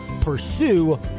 pursue